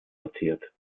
sortiert